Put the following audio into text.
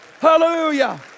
Hallelujah